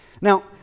Now